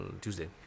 Tuesday